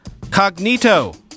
Cognito